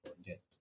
forget